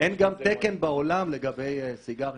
אין גם תקן בעולם לסיגרים,